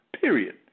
period